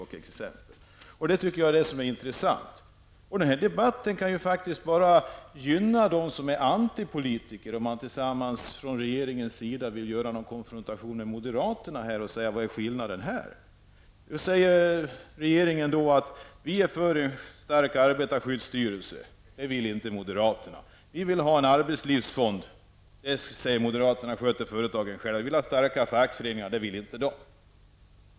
Jag tycker att det är intressant. Debatten kan faktiskt bara gynna de som är antipolitiker, om man från regeringens sida vill göra konfrontationer med moderaterna och belysa skillnader. Regeringen säger att man är för en stark arbetarskyddsstyrelse. Det vill inte moderaterna. Regeringen vill ha en arbetslivsfond. Moderaterna säger att sådant sköter företagen själva. Regeringen vill ha starka fackföreningar. Det vill inte moderaterna.